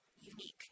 unique